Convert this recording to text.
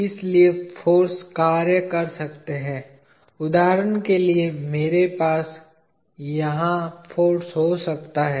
इसलिए फाॅर्स कार्य कर सकते हैं उदाहरण के लिए मेरे पास यहां फाॅर्स हो सकता है